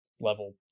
level